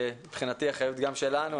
מבחינתי האחריות גם שלנו,